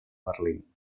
berlín